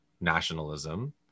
nationalism